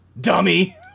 dummy